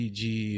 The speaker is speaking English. de